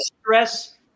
stress